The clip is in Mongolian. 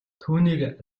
түүнийг